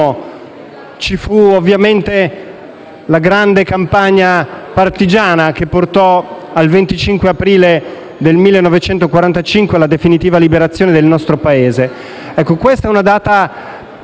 Ci fu la grande campagna partigiana, che portò al 25 aprile del 1945 e alla definitiva liberazione del nostro Paese.